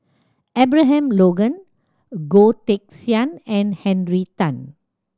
Abraham Logan Goh Teck Sian and Henry Tan